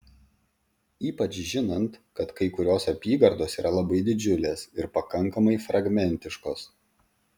ypač žinant kad kai kurios apygardos yra labai didžiulės ir pakankamai fragmentiškos